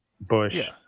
bush